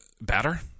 better